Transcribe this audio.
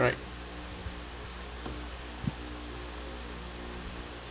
right